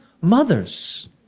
mothers